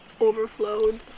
overflowed